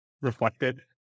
reflected